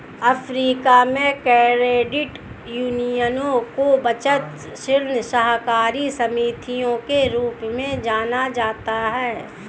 Africa में, credit यूनियनों को बचत, ऋण सहकारी समितियों के रूप में जाना जाता है